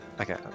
Okay